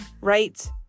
right